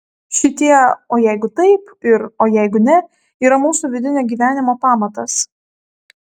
šitie o jeigu taip ir o jeigu ne yra mūsų vidinio gyvenimo pamatas